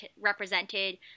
represented